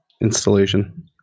installation